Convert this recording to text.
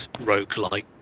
roguelike